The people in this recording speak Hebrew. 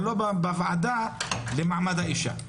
אבל זה לא יידון בוועדה למעמד האישה.